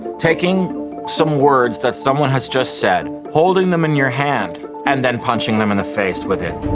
taking some words that someone has just said, holding them in your hand, and then punching them in the face with it.